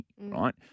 right